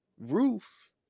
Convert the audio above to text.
Roof